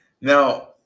Now